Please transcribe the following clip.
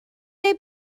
neu